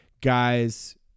guys